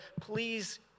please